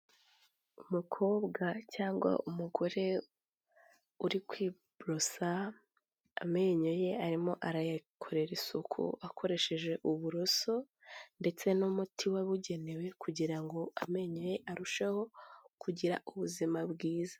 Umukobwa cyangwa umugore uri kwiborosa amenyo ye arimo arayakorera isuku akoresheje uburoso ndetse n'umuti webugenewe kugira ngo amenyo ye arusheho kugira ubuzima bwiza.